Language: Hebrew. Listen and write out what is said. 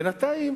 בינתיים